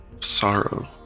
sorrow